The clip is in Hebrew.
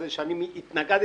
היום אנחנו נדבר